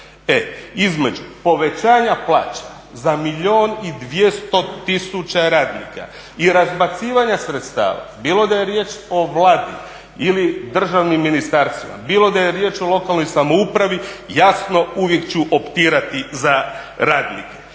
Između povećanja plaća za milijun i 200 tisuća radnika i razbacivanja sredstava bilo da je riječ o Vladi ili državnim ministarstvima, bilo da je riječ o lokalnoj samoupravi jasno uvijek ću optirati za radnike.